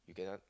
you cannot